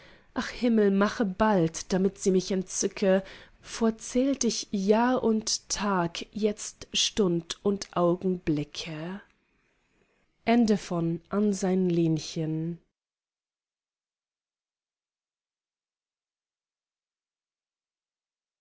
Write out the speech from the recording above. ach himmel mache bald damit sie mich entzücke vor zählt ich jahr und tag jetzt stund und augenblicke